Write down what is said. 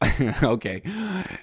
Okay